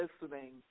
listening